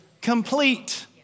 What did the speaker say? complete